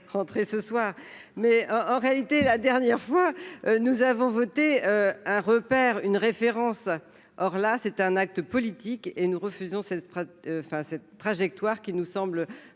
rentrer ce soir, mais en réalité, la dernière fois, nous avons voté un repère, une référence, or là, c'est un acte politique et nous refusons cette enfin cette trajectoire qui nous semblent